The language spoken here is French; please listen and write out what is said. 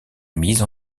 mise